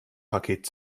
paket